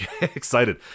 Excited